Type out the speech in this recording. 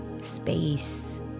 space